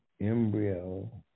Embryo